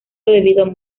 debido